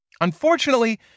Unfortunately